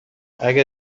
اگه